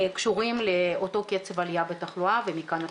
קשורים לאותו קצב עלייה בתחלואה ומכאן הדחיפות.